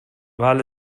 weil